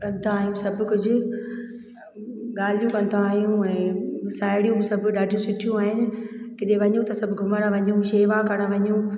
कंदा आहियूं सभु कुझु ॻाल्हियूं कंदा आहियूं ऐं साहेड़ियूं बि सभु ॾाढियूं सुठियूं आहिनि केॾे वञूं त सभु घुमण वञूं शेवा करणु वञूं